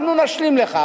אנחנו נשלים לך,